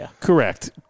Correct